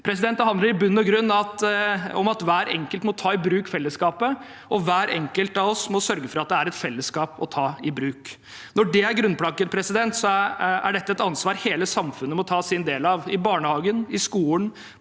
å gjøre. Det handler i bunn og grunn om at hver enkelt må ta i bruk fellesskapet, og hver enkelt av oss må sørge for at det er et fellesskap å ta i bruk. Når det er grunnplanken, er dette et ansvar hele samfunnet må ta sin del av, i barnehagen, i skolen,